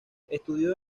estudió